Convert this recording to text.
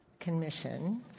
Commission